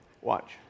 Watch